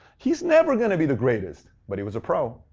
he's never going to be the greatest. but he was a pro.